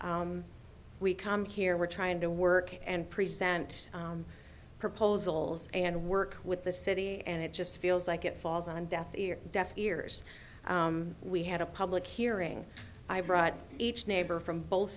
s we come here we're trying to work and present proposals and work with the city and it just feels like it falls on deaf ears deaf ears we had a public hearing i brought each neighbor from both